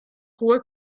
hohe